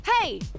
Hey